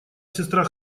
сестра